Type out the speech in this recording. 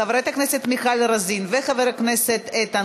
חברת הכנסת מיכל רוזין וחבר הכנסת איתן